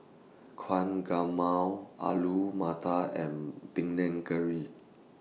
Alu Matar and Panang Curry